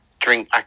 drink